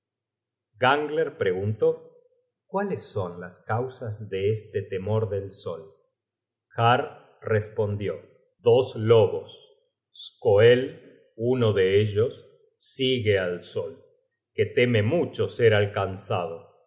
gangler preguntó cuáles son las causas de este temor del sol har respondió dos lobos skoel uno de ellos sigue al sol que teme mucho ser alcanzado